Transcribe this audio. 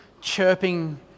chirping